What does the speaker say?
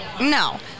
no